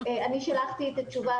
שלחתי את התשובה